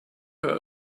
her